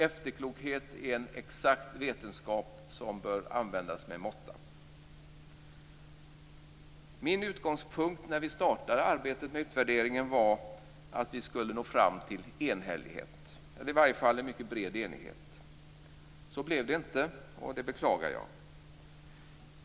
Efterklokhet är en exakt vetenskap som bör användas med måtta. Min utgångspunkt när vi startade arbetet med utvärderingen var att vi skulle nå fram till enhällighet, eller i varje fall till en mycket bred enighet. Så blev det inte, och det beklagar jag.